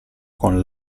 con